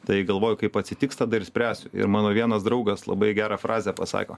tai galvoju kaip atsitiks tada ir spręsiu ir mano vienas draugas labai gerą frazę pasako